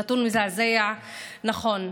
נתון מזעזע, נכון,